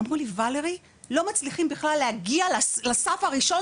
אמרו לי ולרי לא מצליחים בכלל להגיע לסף הראשון